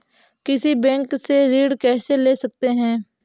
किसी बैंक से ऋण कैसे ले सकते हैं?